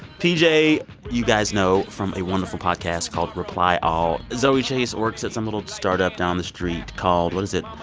pj you guys know from a wonderful podcast called reply all. zoe chace works at some little startup down the street called what is it?